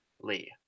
Lee